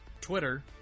Twitter